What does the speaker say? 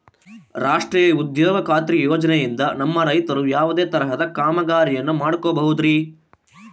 ರಾಷ್ಟ್ರೇಯ ಉದ್ಯೋಗ ಖಾತ್ರಿ ಯೋಜನೆಯಿಂದ ನಮ್ಮ ರೈತರು ಯಾವುದೇ ತರಹದ ಕಾಮಗಾರಿಯನ್ನು ಮಾಡ್ಕೋಬಹುದ್ರಿ?